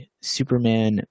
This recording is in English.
Superman